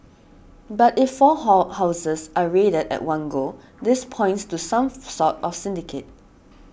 but if four hall houses are raided at one go this points to some sort of syndicate